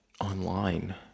online